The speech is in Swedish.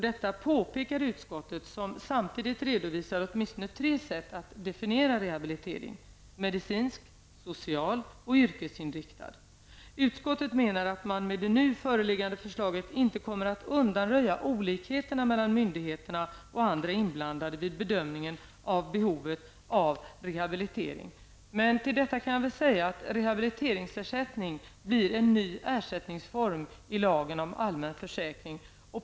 Detta påpekar utskottet, som samtidigt redovisar åtminstone tre sätt att definiera rehabilitering; Utskottet menar att man med det nu föreliggande förslaget inte kommer att undanröja olikheterna mellan myndigheterna och andra inblandade vid bedömningen av behovet av rehabilitering. Men till detta kan jag säga att rehabiliteringsersättning blir en ny ersättningsform i lagen om allmän försäkring.